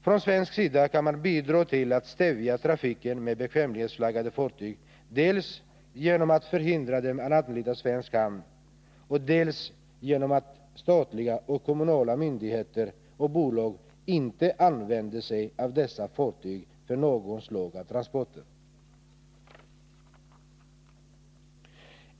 Från svensk sida kan man bidra till att stävja trafiken med bekvämlighetsflaggande fartyg dels genom att förhindra dem att anlita svensk hamn, dels genom att statliga och kommunala myndigheter och bolag inte använder sig av dessa fartyg för något slag av transporter.